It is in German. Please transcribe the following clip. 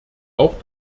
auch